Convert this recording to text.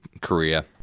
Korea